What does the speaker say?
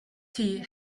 tea